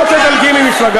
אוי,